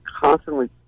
constantly